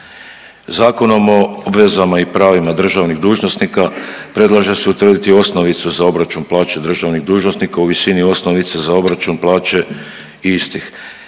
Zakonom o obvezama i pravima državnih dužnosnika predlaže se utvrditi osnovicu za obračun plaće državnih dužnosnika i visini osnovice za obračun plaće isti.